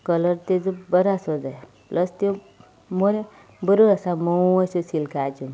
colour तिजो बरो आसूंक जाय प्लस त्यो बऱ्यो आसा मोव अशो सिल्काच्यो